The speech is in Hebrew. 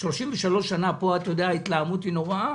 33 שנה פה, ואתה יודע, ההתלהמות היא נוראה.